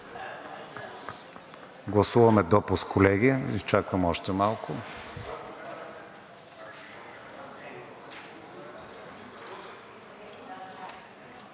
Гласуваме допуск, колеги, ще изчакаме още малко.